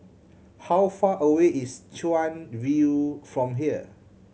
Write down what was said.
how far away is Chuan View from here